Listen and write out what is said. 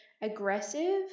aggressive